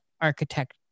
architect